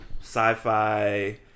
Sci-fi